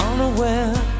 Unaware